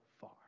far